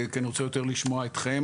כי אני רוצה יותר לשמוע אתכם.